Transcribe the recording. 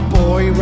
boy